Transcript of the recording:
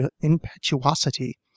impetuosity